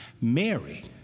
Mary